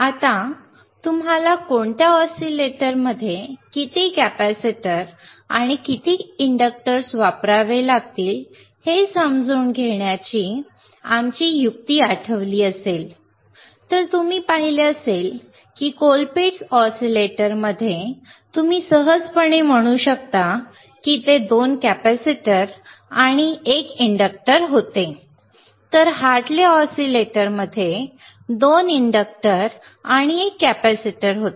आता तुम्हाला कोणत्या ऑसिलेटरमध्ये किती कॅपेसिटर आणि किती इंडक्टर्स वापरावे लागतील हे समजून घेण्याची आमची युक्ती आठवली असेल तर तुम्ही पाहिले असेल की कोलपिट्स ऑसीलेटरमध्ये तुम्ही सहजपणे म्हणू शकता की ते 2 कॅपेसिटर आणि 1 इंडक्टर होते तर हार्टले ऑसीलेटरमध्ये 2 इंडक्टर आणि 1 कॅपेसिटर होते